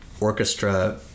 orchestra